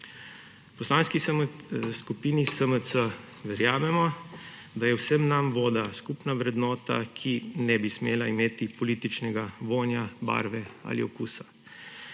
V Poslanski skupini SMC verjamemo, da je vsem nam voda skupna vrednota, ki ne bi smela imeti političnega vonja, barve ali okusa.